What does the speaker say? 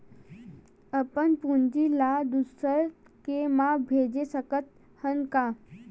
अपन पूंजी ला दुसर के मा भेज सकत हन का?